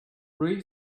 three